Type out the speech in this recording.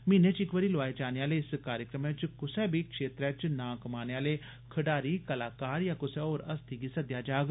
महीने च इक बारी लोआए जाने आले इस कार्यक्रमै च कुसै बी क्षेत्रै च ना कमाने आले खडारी कलाकारें या कुसै होर हस्ती गी सद्देआ जाया करोग